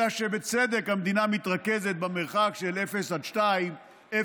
אלא שבצדק המדינה מתרכזת במרחק של 0 2 קילומטר,